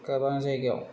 गोबां जायगायाव